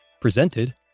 presented